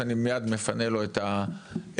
שמיד אני מפנה לו את המקום,